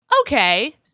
okay